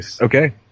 Okay